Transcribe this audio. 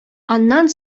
аннан